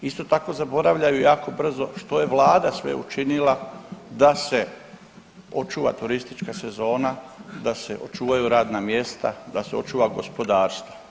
Isto tako zaboravljaju jako brzo što je vlada sve učinila da se očuva turistička sezona, da se očuvaju radna mjesta i da se očuva gospodarstvo.